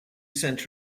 sent